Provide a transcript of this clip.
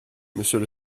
monsieur